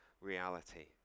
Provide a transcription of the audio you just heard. reality